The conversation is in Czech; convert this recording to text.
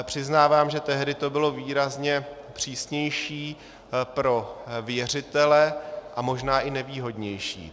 Přiznávám, že tehdy to bylo výrazně přísnější pro věřitele a možná i nevýhodnější.